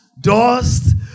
dust